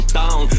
down